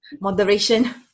Moderation